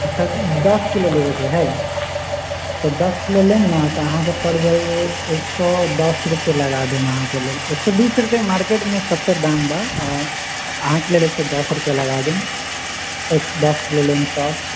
अच्छा दस किलो लेबेके हइ तऽ दस किलो लेब ने तऽ अहाँके पड़ि जाइत एक सओ दस रुपैए लगा देम अहाँके लेल एक सओ बीस रुपैए सबतर मार्केटमे दाम बा अहाँके लेल एक सओ दस रुपैए लगा देम दस किलो लेम तब